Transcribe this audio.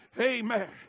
Amen